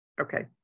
Okay